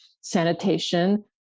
sanitation